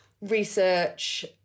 research